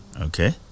Okay